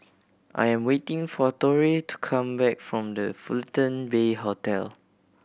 I am waiting for Torie to come back from The Fullerton Bay Hotel